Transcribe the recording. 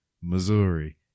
Missouri